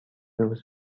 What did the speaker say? روز